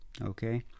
Okay